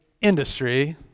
industry